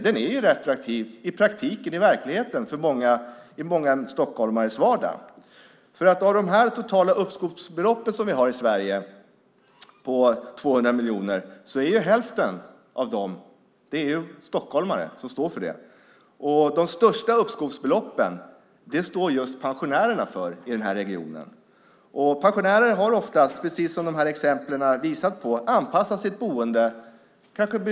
Den är ju retroaktiv i verkligheten för många stockholmare i deras vardag. Hälften av det totala uppskovsbeloppet i Sverige på 200 miljoner är det stockholmare som står för. Och de största uppskovsbeloppen står just pensionärerna för i den här regionen. Pensionärer har oftast, precis som exemplen visat på, anpassat sitt boende och planerat sin framtid.